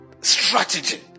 Strategy